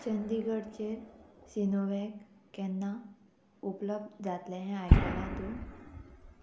चंदीगडचेर सिनोवॅग केन्ना उपलब्ध जातलें हें आयकलां तूं